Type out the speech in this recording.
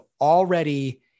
already